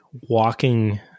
walking